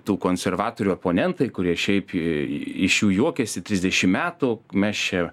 tų konservatorių oponentai kurie šiaip iš jų juokiasi trisdešim metų mes čia